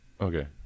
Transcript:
Okay